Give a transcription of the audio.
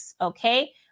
okay